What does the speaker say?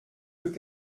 deux